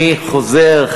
אני חוזר,